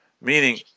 meaning